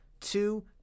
two